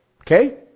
Okay